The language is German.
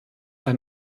ein